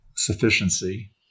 Sufficiency